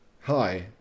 hi